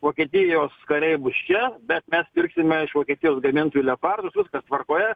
vokietijos kariai bus čia bet mes pirksime iš vokietijos gamintojų leopardus viskas tvarkoje